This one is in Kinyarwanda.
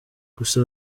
gusa